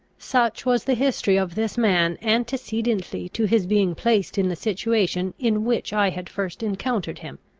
such was the history of this man antecedently to his being placed in the situation in which i had first encountered him.